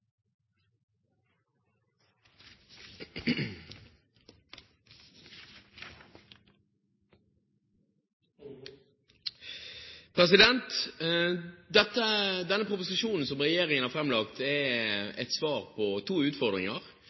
Denne proposisjonen som regjeringen har framlagt, er et svar på to utfordringer.